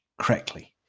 correctly